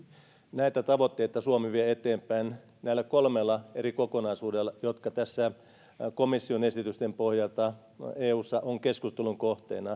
näitä tavoitteita suomi vie eteenpäin näillä kolmella eri kokonaisuudella jotka komission esitysten pohjalta ovat eussa keskustelun kohteena